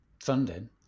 funding